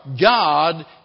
God